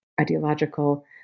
ideological